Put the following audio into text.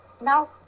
Now